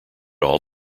all